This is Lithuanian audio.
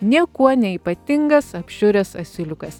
niekuo neypatingas apšiuręs asiliukas